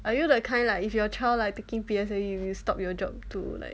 are you the kind like if your child like taking P_S_L_E you will stop your job to like